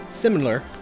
Similar